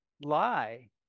Lie